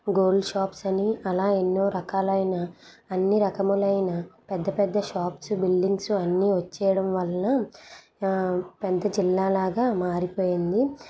gold shops అని అలా ఎన్నో రకాలైన అన్నీ రకములైన పెద్దపెద్ద షాప్సు బిల్డింగ్సు అన్నీ వచ్చేయడం వలన పెద్ద జిల్లాలాగా మారిపోయింది